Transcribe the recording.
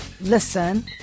listen